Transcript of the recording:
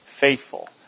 faithful